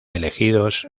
elegidos